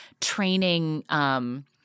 training –